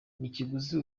n’ikiguzi